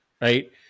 right